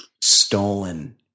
stolen